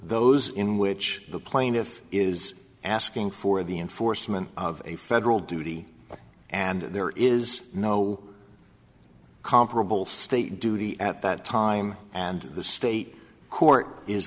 those in which the plaintiff is asking for the enforcement of a federal duty and there is no comparable state duty at that time and the state court is